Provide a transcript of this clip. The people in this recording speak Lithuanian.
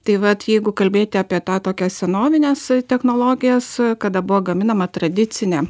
tai vat jeigu kalbėti apie tą tokią senovines technologijas kada buvo gaminama tradicinė